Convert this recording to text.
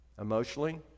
emotionally